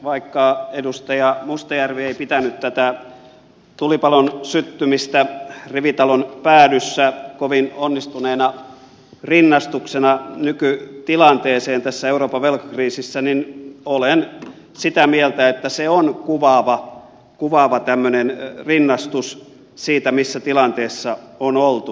vaikka edustaja mustajärvi ei pitänyt tätä tulipalon syttymistä rivitalon päädyssä kovin onnistuneena rinnastuksena nykytilanteeseen tässä euroopan velkakriisissä niin olen sitä mieltä että se on kuvaava rinnastus siihen missä tilanteessa on oltu